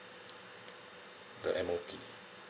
the M_O_P